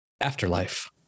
Afterlife